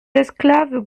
esclaves